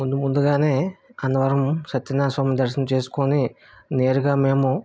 ముందు ముందుగానే అన్నవరం సత్యనారాయణస్వామి దర్శనం చేసుకుని నేరుగ మేము